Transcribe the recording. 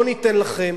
לא ניתן לכם